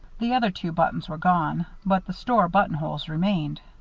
the other two buttons were gone, but the store buttonholes remained.